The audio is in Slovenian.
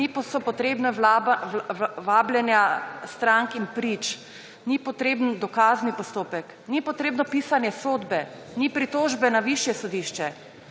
niso potrebna vabljenja strank in prič, ni potreben dokazni postopek, ni potrebno pisanje sodbe, ni pritožbe na višje sodišče,